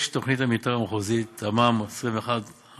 יש תוכנית מתאר מחוזית, תמ"מ 21/3,